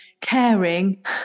caring